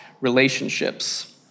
relationships